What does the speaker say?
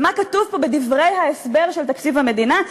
ומה כתוב פה, בדברי ההסבר של תקציב המדינה?